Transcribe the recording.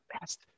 best